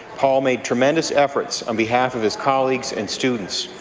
paul made tremendous efforts on behalf of his colleagues and students.